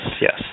yes